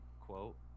quote